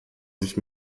sich